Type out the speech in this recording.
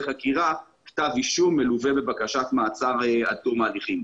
חקירה כתב אישום מלווה בבקשת מעצר עד תום הליכים.